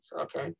okay